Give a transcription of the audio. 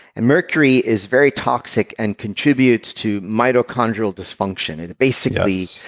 and mercury is very toxic and contributes to mitochondrial dysfunction. and basically,